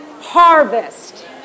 harvest